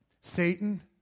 Satan